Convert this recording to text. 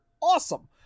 awesome